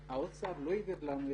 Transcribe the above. שהאוצר לא העביר את הכסף,